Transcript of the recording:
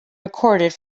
recorded